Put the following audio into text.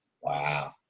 wow